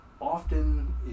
often